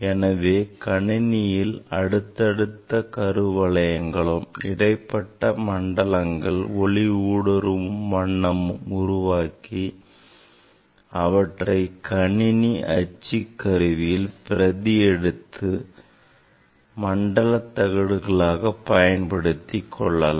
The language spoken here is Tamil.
எனவே கணினியிலேயே அடுத்தடுத்த கரு வட்டங்களும் இடைப்பட்ட மண்டலங்கள ஒளி ஊடுருவும் வண்ணமும் உருவாக்கி அவற்றை கணினி அச்சுக்கருவியில் பிரதி எடுத்து மண்டல தகடுகளாக பயன்படுத்திக் கொள்ளலாம்